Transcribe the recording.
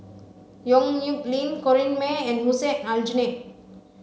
Yong Nyuk Lin Corrinne May and Hussein Aljunied